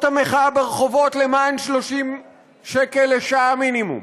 המחאה ברחובות למען 30 שקל לשעה מינימום,